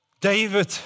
David